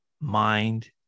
mind